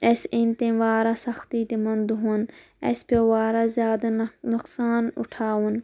اسہِ أنۍ تٔمۍ وارہ سختی تِمن دۄہن اسہِ پیٛو واریاہ زیادٕ نۄقصان اُٹھاوُن